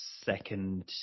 second